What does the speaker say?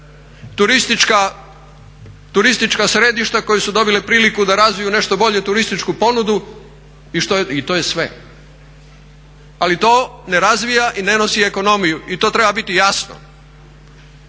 turistička središta koja su dobila priliku da razviju nešto bolje turističku ponudu i to je sve. Ali to ne razvija i ne nosi ekonomiju i to treba biti jasno.